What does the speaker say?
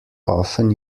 often